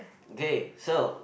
okay so